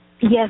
Yes